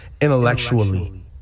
intellectually